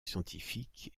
scientifique